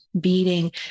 beating